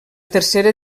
tercera